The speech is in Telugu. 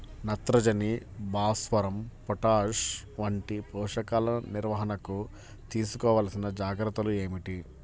నత్రజని, భాస్వరం, పొటాష్ వంటి పోషకాల నిర్వహణకు తీసుకోవలసిన జాగ్రత్తలు ఏమిటీ?